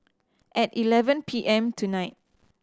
at eleven P M tonight